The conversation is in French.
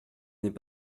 n’est